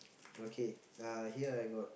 okay uh here I got